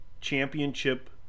championship